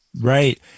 Right